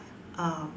uh